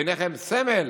בעיניך הם סמל,